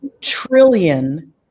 trillion